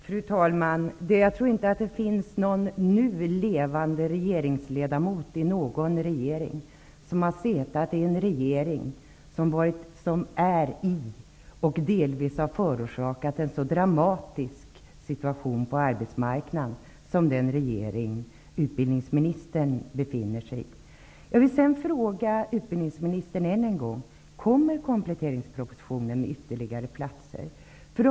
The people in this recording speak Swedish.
Fru talman! Jag tror inte att det finns någon nu levande regeringsledamot i någon regering som befunnit sig i och delvis har förorsakat en så dramatisk situation på arbetsmarknaden som den regering som utbildningsminister Unckel sitter i. Kommer kompletteringspropositionen att innehålla förslag om nya platser?